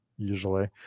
Usually